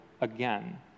again